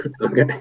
Okay